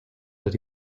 that